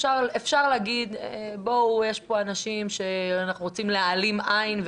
אפשר להגיד שאנחנו רוצים להעלים עין,